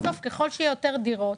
ככל שייבנו יותר דירות